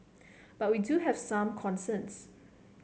but we do have some concerns